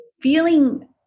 feeling